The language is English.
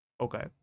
Okay